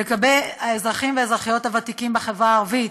לגבי האזרחים והאזרחיות בחברה הערבית,